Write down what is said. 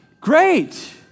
great